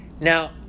now